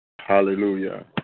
Hallelujah